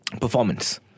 performance